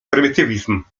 prymitywizm